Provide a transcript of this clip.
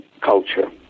culture